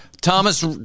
Thomas